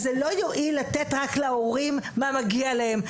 זה לא יועיל לתת רק להורים מה שמגיע להם,